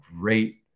great